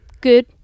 good